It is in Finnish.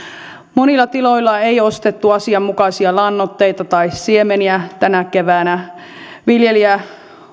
monilla tiloilla ei ole ostettu asianmukaisia lannoitteita tai siemeniä tänä keväänä viljelijä